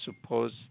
suppose